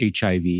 HIV